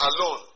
alone